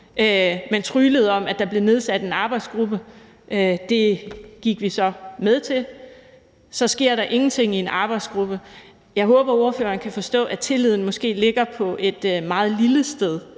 Man tryglede om, at der blev nedsat en arbejdsgruppe, og det gik vi så med til. Så skete der ingenting i den arbejdsgruppe. Jeg håber, at fru Camilla Fabricius kan forstå, at tilliden til, hvad der kan ske